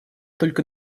только